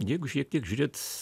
jeigu šiek tiek žiūrėt